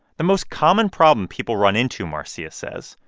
the most common problem people run into, marcia says,